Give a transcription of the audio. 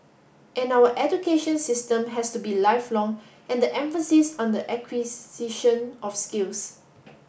and our education system has to be lifelong and the emphasis on the acquisition of skills